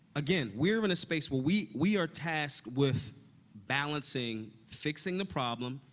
again, we're in a space where we we are tasked with balancing fixing the problem,